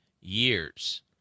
years